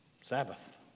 Sabbath